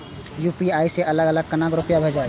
UPI से अलग अलग केना रुपया भेजब